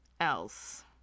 else